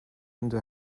into